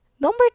number